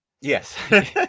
Yes